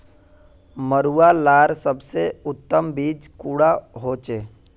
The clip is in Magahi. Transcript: मरुआ लार सबसे उत्तम बीज कुंडा होचए?